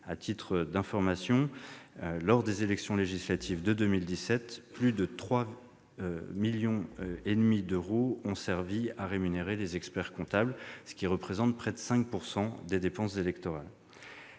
sachez que, lors des élections législatives de 2017, plus de 3,5 millions d'euros ont servi à rémunérer des experts-comptables, ce qui représente près de 5 % des dépenses électorales